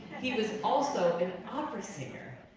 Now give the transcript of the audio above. he was also an opera singer.